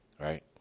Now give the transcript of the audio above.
right